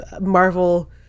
Marvel